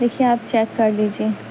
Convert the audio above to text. دیکھیے آپ چیک کر لیجیے